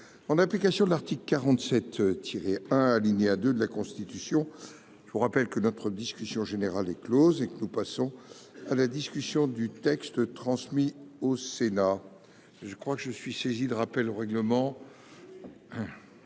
En application de l'article 47 tirer un alinéa 2 de la Constitution. Je vous rappelle que notre discussion générale est Close et que nous passons à la discussion du texte transmis au Sénat. Je crois que je suis saisie de rappels au règlement.